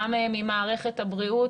גם ממערכת הבריאות,